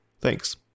thanks